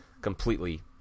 completely